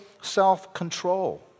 self-control